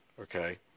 okay